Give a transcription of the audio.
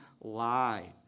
lie